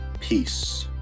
Peace